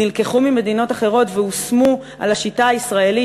נלקחו ממדינות אחרות והושמו על השיטה הישראלית,